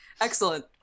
excellent